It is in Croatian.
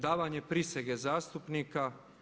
Davanje prisege zastupnika.